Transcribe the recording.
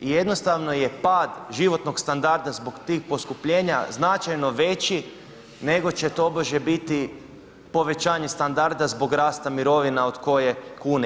I jednostavno je pad životnog standarda zbog tih poskupljenja značajno veći nego će tobože biti povećanje standarda zbog rasta mirovina od koje kune.